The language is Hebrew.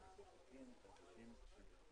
בתקופה שבין יום התחילה לבין יום פרסומו של חוק זה.